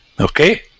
Okay